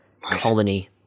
colony